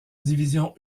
division